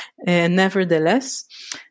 nevertheless